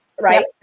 right